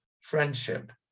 friendship